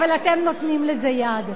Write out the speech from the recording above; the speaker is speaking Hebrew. אבל אתם נותנים לזה יד.